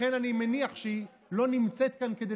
לכן אני מניח שהיא לא נמצאת כאן כדי